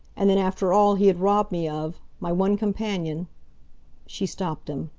and then, after all he had robbed me of my one companion she stopped him.